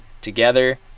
together